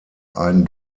ein